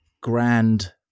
grand